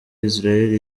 israel